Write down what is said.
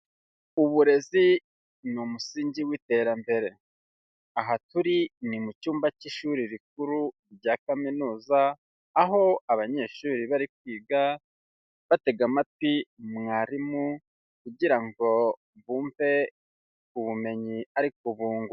Uburezi ni umusingi w'iterambere. Aha turi ni mu cyumba cy'ishuri rikuru rya kaminuza, aho abanyeshuri bari kwiga batega amatwi mwarimu, kugira ngo bumve ubumenyi ari kubungura.